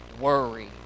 worry